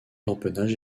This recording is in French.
l’empennage